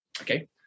Okay